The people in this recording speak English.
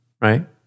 Right